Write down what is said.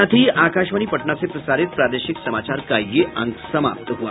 इसके साथ ही आकाशवाणी पटना से प्रसारित प्रादेशिक समाचार का ये अंक समाप्त हुआ